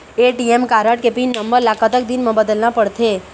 ATM card के pin number ला कतक दिन म बदलना पड़थे?